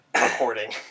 recording